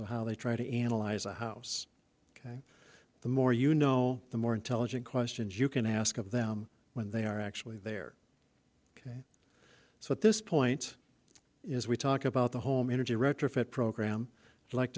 and how they try to analyze a house ok the more you know the more intelligent questions you can ask of them when they are actually there so at this point is we talk about the home energy retrofit program like